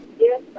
Yes